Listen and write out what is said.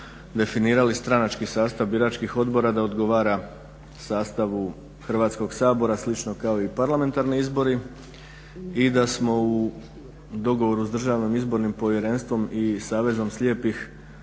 definirali stranački sastav biračkih odbora da odgovara sastavu Hrvatskog sabora slično kao i parlamentarni izbori i da smo u dogovoru sa Državnim izbornim povjerenstvom i Savezom slijepih,